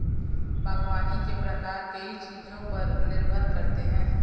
बागवानी के प्रकार कई चीजों पर निर्भर करते है